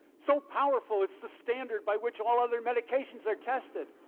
so powerful it's the standard by which all other medications are tested.